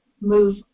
move